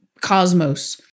cosmos